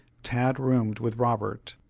tad roomed with robert,